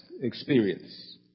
experience